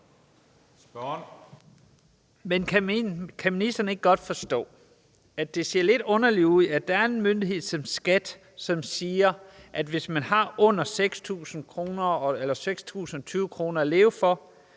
Men kan ministeren ikke godt forstå, at jeg synes, det ser lidt underligt ud, at der er en myndighed som SKAT, som siger, at hvis man har under 6.020 kr. at leve for,